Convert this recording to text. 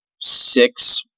six